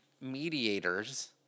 mediators